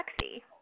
sexy